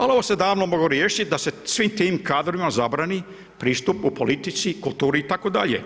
Ali ovo se davno moglo riješiti da se svim tim kadrovima zabrani pristup u politici, kulturi itd.